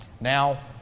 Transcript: Now